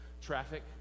traffic